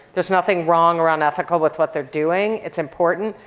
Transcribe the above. there's nothing wrong or unethical with what they're doing. it's important,